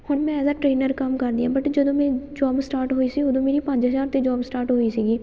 ਹੁਣ ਮੈਂ as a trainer ਕੰਮ ਕਰਦੀ ਹਾਂ ਬਟ ਜਦੋਂ ਮੈਂ ਜੋਬ ਸਟਾਰਟ ਹੋਈ ਸੀ ਉਦੋਂ ਮੇਰੀ ਪੰਜ ਹਜ਼ਾਰ 'ਤੇ ਜੋਬ ਸਟਾਰਟ ਹੋਈ ਸੀਗੀ